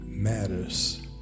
Matters